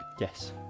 Yes